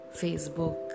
Facebook